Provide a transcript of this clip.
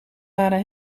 waren